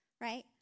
right